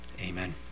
amen